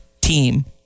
team